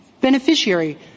beneficiary